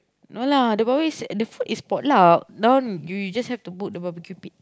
no lah the problem is the food is pot luck now you just have to book the barbeque pit